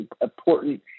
important